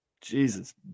Jesus